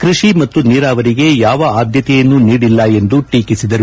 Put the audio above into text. ಕೃಷಿ ಮತ್ತು ನೀರಾವರಿಗೆ ಯಾವ ಆದ್ಯತೆಯನ್ನೂ ನೀಡಿಲ್ಲ ಎಂದು ಟೀಕಿಸಿದರು